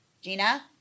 Gina